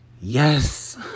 Yes